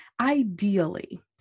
ideally